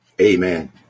amen